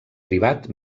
privat